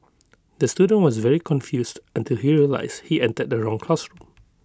the student was very confused until he realised he entered the wrong classroom